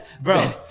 Bro